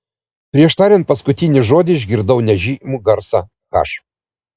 prieš tariant paskutinį žodį išgirdau nežymų garsą h